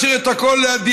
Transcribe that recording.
שלא ישאיר את הכול לעדיאל,